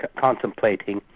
contemplating